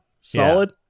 solid